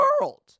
world